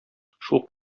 шул